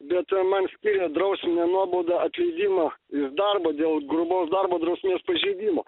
bet man skyrė drausminę nuobaudą atleidimą iš darbo dėl grubaus darbo drausmės pažeidimo